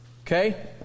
okay